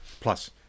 plus